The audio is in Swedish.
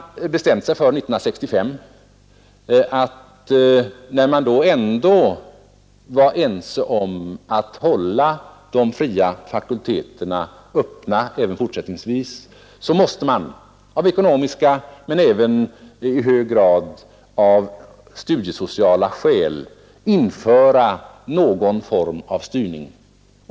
1965 hade man bestämt sig för att när man ändå var ense om att hålla de fria fakulteterna öppna även fortsättningsvis borde man av ekonomiska, men även i hög grad av studiesociala skäl införa någon form av styrning.